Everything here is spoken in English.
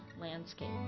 landscape